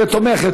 כתומכת.